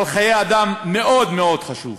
אבל חיי אדם, מאוד מאוד חשוב.